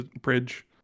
bridge